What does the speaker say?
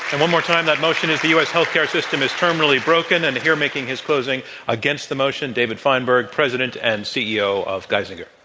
and one more time, that motion is the u. s. health care system is terminally broken. and here making his closing against the motion, david feinberg, president and ceo of geisinger.